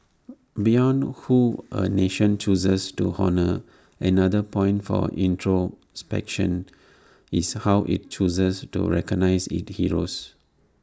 beyond who A nation chooses to honour another point for introspection is how IT chooses to recognise its heroes